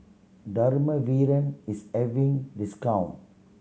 dermaveen is having discount